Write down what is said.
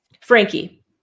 Frankie